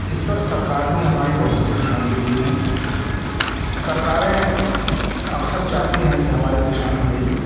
इस पर सरकार भी हमारी बहुत सी ध्यान देती हैं सरकारें अक्सर चाहती हैं हमारे किसान भाई